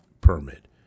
permit